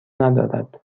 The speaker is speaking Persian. ندارد